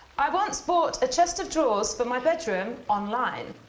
i once bought a chest of drawers for my bedroom online.